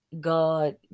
God